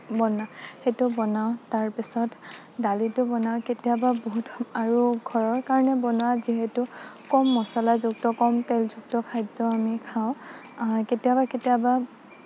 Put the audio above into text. সেইটো বনাওঁ তাৰপিছত দালিটো বনাওঁ কেতিয়াবা বহুত আৰু ঘৰৰ কাৰণে বনাওঁ যিহেতু কম মছলাযুক্ত কম তেলযুক্ত খাদ্য আমি খাওঁ কেতিয়াবা কেতিয়াবা